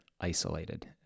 isolated